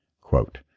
Quote